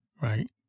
right